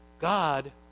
God